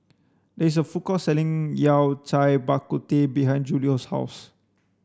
there is a food court selling Yao Cai Bak Kut Teh behind Julio's house